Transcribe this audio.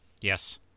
Yes